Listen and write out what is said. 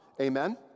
Amen